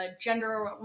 gender